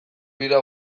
bira